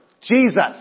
Jesus